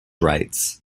rights